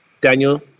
Daniel